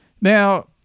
Now